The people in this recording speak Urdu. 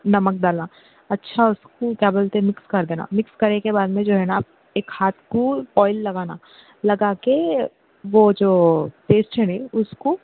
نمک ڈالنا اچھا اس کو کیا بولتے مکس کر دینا مکس کرنے کے بعد میں جو ہے نا ایک ہاتھ کو آئل لگانا لگا کے وہ جو پیسٹ ہے نہیں اس کو